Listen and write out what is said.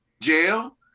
jail